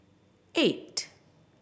eight